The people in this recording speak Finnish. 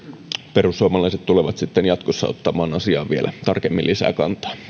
perussuomalaiset tulevat sitten jatkossa ottamaan asiaan vielä tarkemmin lisää kantaa